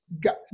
got